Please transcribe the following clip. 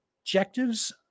objectives